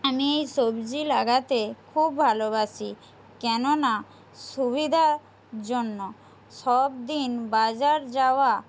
আমি এই সবজি লাগাতে খুব ভালোবাসি কেন না সুবিধার জন্য সব দিন বাজার যাওয়া